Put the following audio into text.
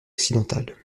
occidentales